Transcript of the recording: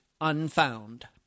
Unfound